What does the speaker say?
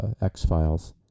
X-Files